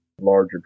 larger